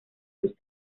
sus